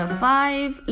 five